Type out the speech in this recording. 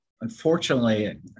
Unfortunately